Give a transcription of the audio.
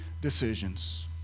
decisions